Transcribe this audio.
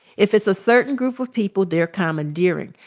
if it's a certain group of people they're commandeering.